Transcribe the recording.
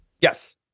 Yes